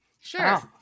Sure